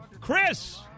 chris